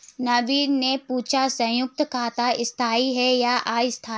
नवीन ने पूछा संयुक्त खाता स्थाई है या अस्थाई